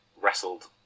wrestled